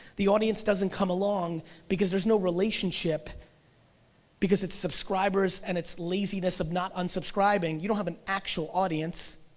the audience doesn't come along because there's no relationship because it's subscribers, and it's laziness of not unsubscribing, you don't have an actual audience.